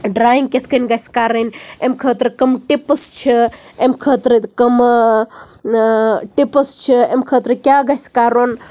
drawing کِتھ کنۍ گَژھِ کَرٕنۍ امہ خٲطرٕ کٕم ٹِپٕس چھِ امہ خٲطرٕ کٕم ٹِپٕس چھِ امہِ خٲطرٕ کیاہ گَژھِ کَرُن